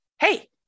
hey